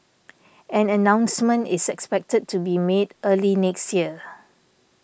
an announcement is expected to be made early next year